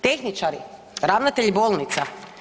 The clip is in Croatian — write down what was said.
Tehničari, ravnatelji bolnica?